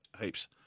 heaps